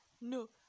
no